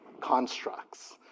constructs